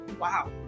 Wow